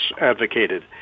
advocated